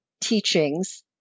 teachings